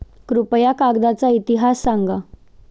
कृपया कागदाचा इतिहास सांगा